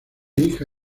hija